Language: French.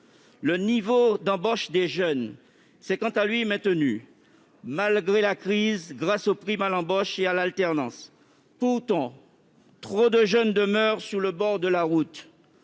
Le niveau d'embauche des jeunes s'est quant à lui maintenu, malgré la crise, grâce aux primes à l'embauche et à l'alternance. Pourtant, trop de jeunes demeurent sur le bord de la route.